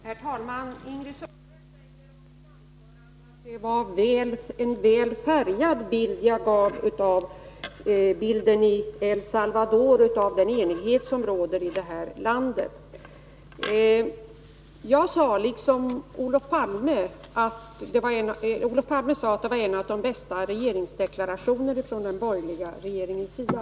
Herr talman! Ingrid Sundberg sade att det var en väl färgad bild jag gav när jag beskrev den enighet som råder om El Salvador. Ja, Olof Palme framhöll att dagens regeringsdeklaration var en av de bästa som hade lämnats från den borgerliga regeringens sida.